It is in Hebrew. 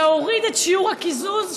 להוריד את שיעור הקיזוז,